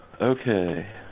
Okay